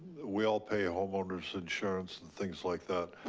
we all pay homeowners insurance and things like that.